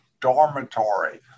dormitory